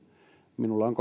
minulla on